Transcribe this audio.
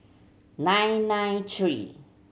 nine nine three